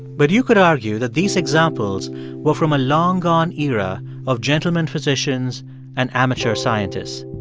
but you could argue that these examples were from a long-gone era of gentlemen physicians and amateur scientists.